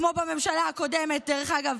כמו בממשלה הקודמת, דרך אגב,